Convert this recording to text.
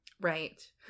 Right